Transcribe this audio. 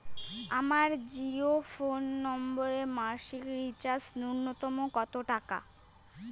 আমার জিও ফোন নম্বরে মাসিক রিচার্জ নূন্যতম কত টাকা?